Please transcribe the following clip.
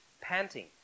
panting